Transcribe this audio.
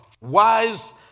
wives